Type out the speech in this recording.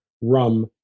Rum